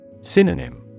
Synonym